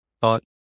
thought